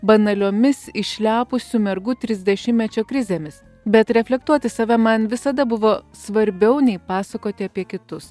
banaliomis išlepusių mergų trisdešimtmečio krizėmis bet reflektuoti save man visada buvo svarbiau nei pasakoti apie kitus